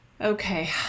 Okay